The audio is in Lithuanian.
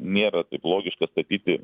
nėra logiška statyti